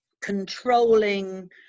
controlling